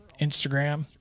Instagram